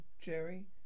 Jerry